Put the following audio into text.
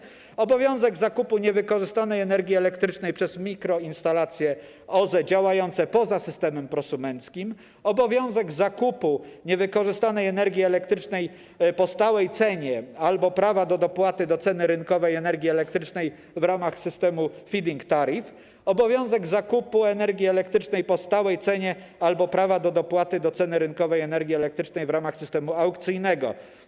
Przedłuża również obowiązek zakupu niewykorzystanej energii elektrycznej przez mikroinstalacje OZE działające poza systemem prosumenckim, obowiązek zakupu niewykorzystanej energii elektrycznej po stałej cenie albo prawa do dopłaty do ceny rynkowej energii elektrycznej w ramach systemu feed-in tariff, obowiązek zakupu energii elektrycznej po stałej cenie albo prawa do dopłaty do ceny rynkowej energii elektrycznej w ramach systemu aukcyjnego.